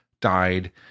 died